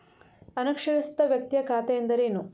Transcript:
ಅನಕ್ಷರಸ್ಥ ವ್ಯಕ್ತಿಯ ಖಾತೆ ಎಂದರೇನು?